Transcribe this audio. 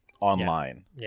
Online